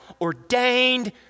ordained